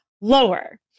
lower